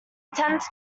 attends